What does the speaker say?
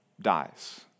dies